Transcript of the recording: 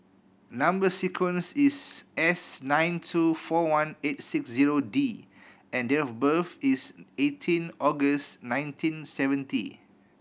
number sequence is S nine two four one eight six zero D and date of birth is eighteen August nineteen seventy